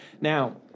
Now